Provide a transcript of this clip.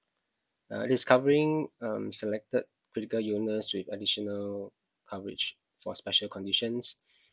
uh discovering um selected critical illness with additional coverage for special conditions